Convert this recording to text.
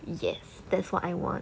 yes that's what I want